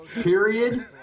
Period